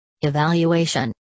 Evaluation